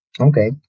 okay